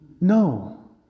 No